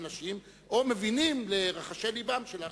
נשים או מבינים לרחשי לבם של האחרים.